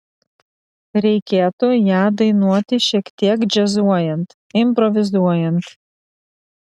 reikėtų ją dainuoti šiek tiek džiazuojant improvizuojant